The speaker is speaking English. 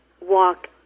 walk